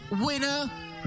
Winner